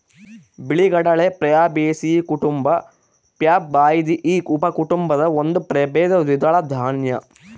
ಬಿಳಿಗಡಲೆ ಪ್ಯಾಬೇಸಿಯೀ ಕುಟುಂಬ ಪ್ಯಾಬಾಯ್ದಿಯಿ ಉಪಕುಟುಂಬದ ಒಂದು ಪ್ರಭೇದ ದ್ವಿದಳ ದಾನ್ಯ